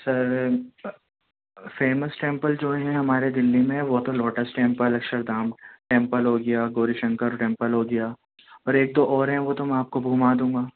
سر famous temple جو ہے ہماری دلی میں وہ تو لوٹس ٹیمپل اکشردھام ٹیمپل ہو گیا گوری شنکر ٹیمپل ہو گیا اور ایک دو اور ہیں وہ تو میں آپ کو گھما دوں گا